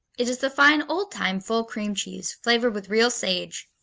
it is the fine old-time full cream cheese, flavored with real sage.